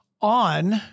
on